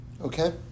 okay